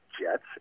Jets